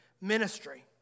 ministry